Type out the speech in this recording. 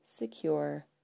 secure